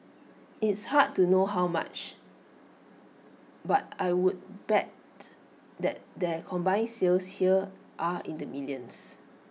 it's hard to know how much but I would bet that their combining sales here are in the millions